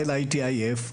הייתי עייף,